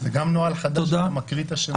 זה גם נוהל חדש שמקריאים את השמות?